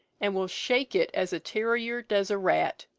and will shake it as a terrier does a rat.